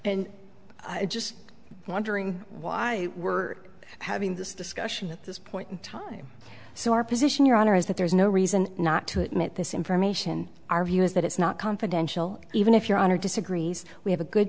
and i just wondering why we're having this discussion at this point in time so our position your honor is that there's no reason not to admit this information our view is that it's not confidential even if your honor disagrees we have a good